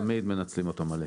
אנחנו תמיד מנצלים אותם מלא.